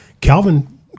Calvin